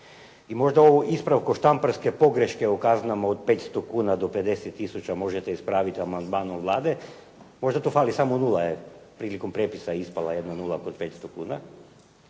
i možda ovu ispravku štamparske pogreške u kaznama od 500 kuna do 50 tisuća možete ispraviti amandmanom Vlade. Možda tu fali samo nula, prilikom prijepisa ispala jedna nula kod 500 kuna.